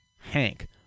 Hank